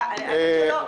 בבקשה.